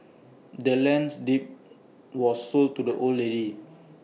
the land's deed was sold to the old lady